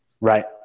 Right